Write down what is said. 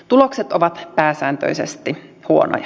tulokset ovat pääsääntöisesti huonoja